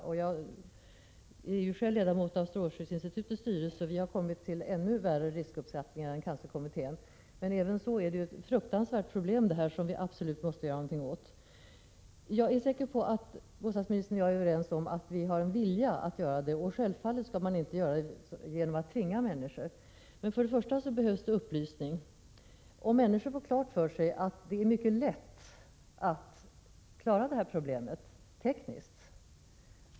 Själv är jag ledamot av strålskyddsinstitutets styrelse, och jag kan säga att vi har kommit fram till att det finns ännu större risker än dem cancerkommittén räknar med. Hur som helst är detta ett fruktansvärt problem som vi absolut måste göra någonting åt. Jag är säker på att bostadsministern och jag är överens om att det finns en vilja. Självfallet skall man inte tvinga människor. Först och främst behövs det emellertid upplysning. Människor måste få klart för sig att det är mycket lätt att klara det här problemet tekniskt.